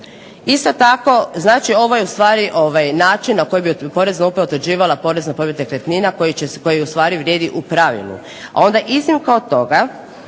Isto tako znači ovo je ustvari način na koji bi Porezna uprava utvrđivala porez na povrat nekretnina koji ustvari vrijedi u pravilu, a onda iznimka od toga